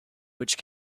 which